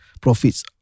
profits